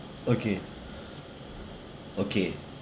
okay okay